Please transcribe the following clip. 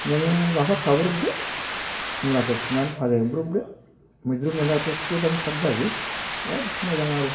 नोङो माखौबा खाब्रबदो मुलाफोर फुनानै फाजा एवब्रबदो मैद्रु मैला सिफ्लेबानो थाब जायो बिराद मोजां आरो